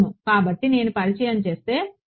అవును కాబట్టి నేను పరిచయం చేస్తే సరే